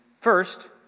first